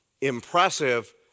impressive